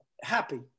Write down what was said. happy